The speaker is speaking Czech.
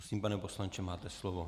Prosím pane poslanče, máte slovo.